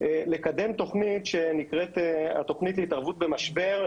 לקדם תוכנית שנקראת "התוכנית להתערבות במשבר",